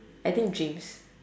I think dreams